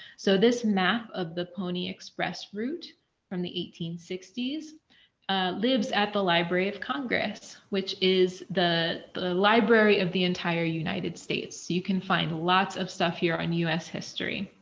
so, this map of the pony express route from the eighteen sixty s ah lives at the library of congress, which is the the library of the entire united states so you can find lots of stuff here on us history.